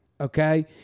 okay